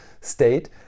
state